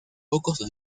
pocos